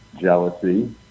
jealousy